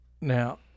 now